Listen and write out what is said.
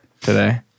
today